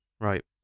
right